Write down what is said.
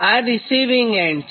આ receiving end છે